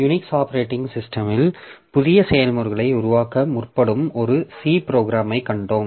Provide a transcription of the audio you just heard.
Unix operating சிஸ்டமில் புதிய செயல்முறைகளை உருவாக்க முற்படும் ஒரு C ப்ரோக்ராமைக் கண்டோம்